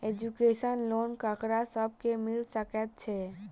Education loan ककरा सब केँ मिल सकैत छै?